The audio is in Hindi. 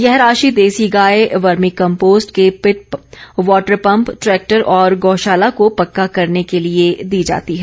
यह राशि देर्सी गाय वर्मी कम्पोस्ट के पिट वॉटर पंप ट्रैक्टर और गौशाला को पक्का करने के लिए दी जाती है